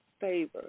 favor